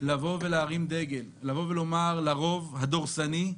צריכים להרים דגל, לומר לרוב הדורסני: